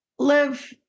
live